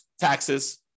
taxes